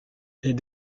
est